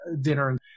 dinner